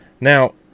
Now